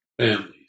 families